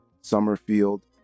summerfield